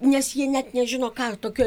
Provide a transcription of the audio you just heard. nes jie net nežino ką tokio